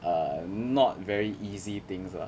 err not very easy things lah